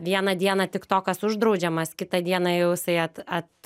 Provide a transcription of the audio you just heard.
vieną dieną tiktokas uždraudžiamas kitą dieną jau jisai at at